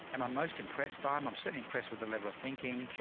am i most impressed by him? i'm certainly impressed with the level of thinking. sure.